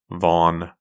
Vaughn